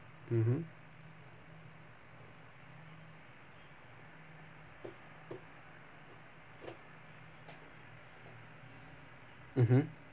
mmhmm mmhmm